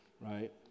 Right